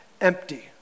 empty